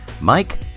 Mike